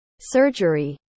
surgery